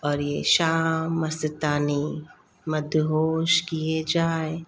और ये शाम मस्तानी मदहोश किए जाए